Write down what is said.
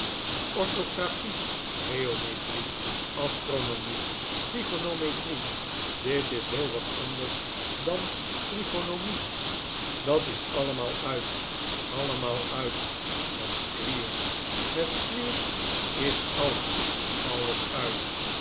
orthographic geometrie astronomie trigonometri dit is heel wat anders dan trigonomie dat is allemaal uit allemaal uit met squeers met squeers is alles alles uit